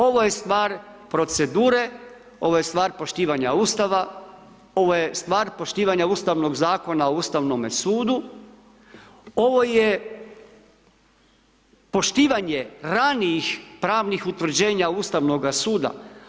Ovo je stvar procedure, ovo je stvar poštivanja Ustava, ovo je stvar poštivanja Ustavnog zakona o Ustavnome sudu, ovo je poštivanje ranijih pravnih utvrđenja Ustavnoga suda.